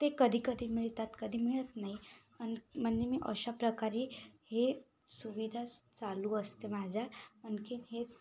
ते कधी कधी मिळतात कधी मिळत नाही आणि म्हणजे मी अशा प्रकारे हे सुविधा चालू असते माझ्या आणखीन हेच